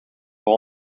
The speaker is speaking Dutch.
voor